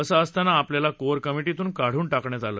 असं असताना आपल्याला कोअर कमिटीतून काढून टाकण्यात आलं